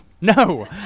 no